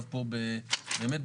אמרתי את זה בהרחבה גם פה בדיון הקודם